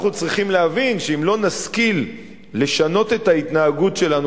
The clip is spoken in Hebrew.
אנחנו צריכים להבין שאם לא נשכיל לשנות את ההתנהגות שלנו